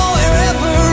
Wherever